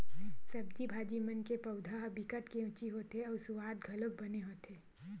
सब्जी भाजी मन के पउधा ह बिकट केवची होथे अउ सुवाद घलोक बने होथे